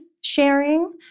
sharing